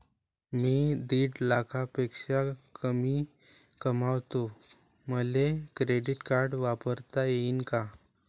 मी दीड लाखापेक्षा कमी कमवतो, मले क्रेडिट कार्ड वापरता येईन का?